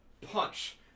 Punch